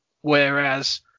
whereas